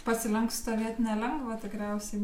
pasilenkus stovėt nelengva tikriausiai